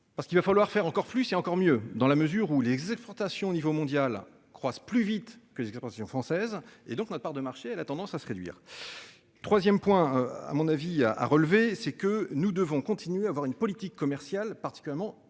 Parce qu'il va falloir faire encore plus, c'est encore mieux dans la mesure où les fantasmes au niveau mondial croissent plus vite que les exportations françaises et donc notre part de marché, elle a tendance à se réduire. 3ème point. À mon avis à relever, c'est que nous devons continuer à avoir une politique commerciale particulièrement